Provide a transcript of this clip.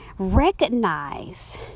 recognize